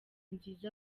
nziza